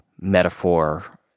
metaphor